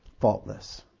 faultless